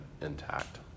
intact